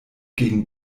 gegen